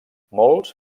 molts